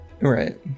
Right